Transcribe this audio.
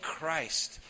Christ